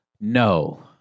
no